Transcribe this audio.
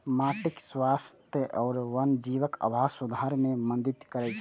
माटिक स्वास्थ्य आ वन्यजीवक आवास सुधार मे मदति करै छै